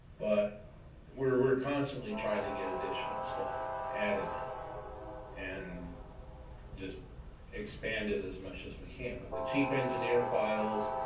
but we're we're constantly trying to get additional stuff added and just expand it as much as we can. but the chief engineer files,